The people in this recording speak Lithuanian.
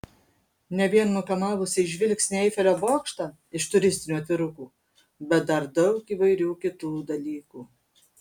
ne vien nukamavusį žvilgsnį eifelio bokštą iš turistinių atvirukų bet dar daug įvairių kitų dalykų